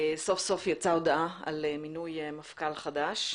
סוף סוף יצאה הודעה על מינוי מפכ"ל חדש,